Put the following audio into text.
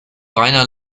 reiner